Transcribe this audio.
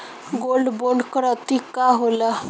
Gold bond करतिं का होला?